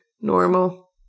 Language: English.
normal